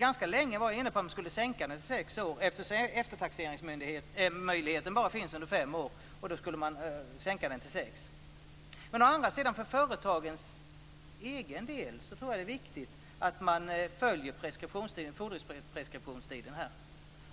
Ganska länge var man inne på att man skulle förkorta den till sex år eftersom eftertaxeringsmöjligheten bara finns under fem år. Och då skulle man alltså förkorta tiden till sex år. Å andra sidan tror jag att det för företagens egen del är viktigt att man följer fordringspreskriptionstiden.